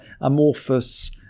amorphous